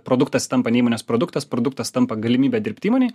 produktas tampa ne įmonės produktas produktas tampa galimybe dirbt įmonėj